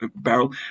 barrel